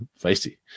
Feisty